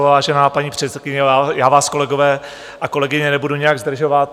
Vážená paní předsedkyně, já vás, kolegové a kolegyně, nebudu nijak zdržovat.